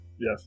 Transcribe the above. Yes